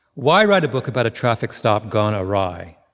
why write a book about a traffic stop gone awry?